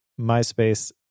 MySpace